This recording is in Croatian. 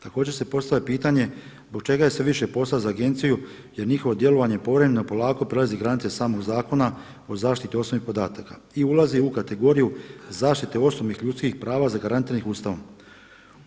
Također se postavlja pitanje zbog čega je sve više posla za Agenciju, jer njihovo djelovanje povremeno polako prelazi granice samog Zakona o zaštiti osobnih podataka i ulazi u kategoriju zaštite osobnih ljudskih prava zagarantiranih Ustavom.